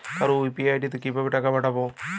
কারো ইউ.পি.আই তে কিভাবে টাকা পাঠাবো?